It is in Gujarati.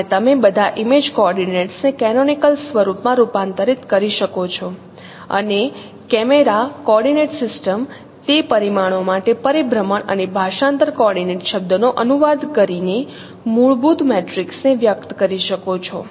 અને તમે બધા ઇમેજ કોઓર્ડિનેટ્સ ને કેનોનિકલ સ્વરૂપમાં રૂપાંતરિત કરી શકો છો અને કેમેરા કોઓર્ડિનેટ સિસ્ટમ તે પરિમાણો માટે પરિભ્રમણ અને ભાષાંતર કોઓર્ડિનેટ શબ્દનો અનુવાદ કરીને મૂળભૂત મેટ્રિક્સને વ્યક્ત કરી શકો છો